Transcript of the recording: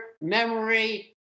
memory